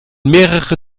mehrere